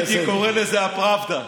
הייתי קורא לזה הפראבדה,